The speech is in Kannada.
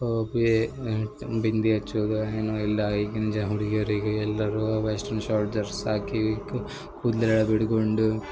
ಬಿಂದಿ ಹಚ್ಚೋದು ಏನು ಇಲ್ಲ ಈಗಿನ ಜ ಹುಡುಗಿಯರಿಗೆ ಎಲ್ಲರೂ ವೆಸ್ಟೆರ್ನ್ ಶಾರ್ಟ್ ದರ್ಸ್ ಹಾಕಿ ಕೂದಲೆಲ್ಲ ಬಿಟ್ಕೊಂಡು